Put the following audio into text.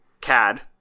CAD